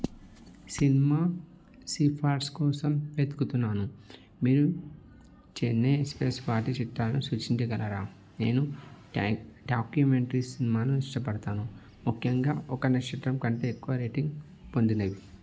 cinema సిఫారసు కోసం వెతుకుతున్నాను మీరు చెన్నై ఎక్స్ప్రెస్ వాటి చిత్రాలను సూచించగలరా నేను ట్యాక్ డాక్యుమెంట్రీ సినిమాలను ఇష్టపడతాను ముఖ్యంగా ఒక నక్షత్రం కంటే ఎక్కువ రేటింగ్ పొందినవి